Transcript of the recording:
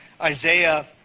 Isaiah